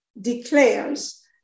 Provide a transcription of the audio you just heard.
declares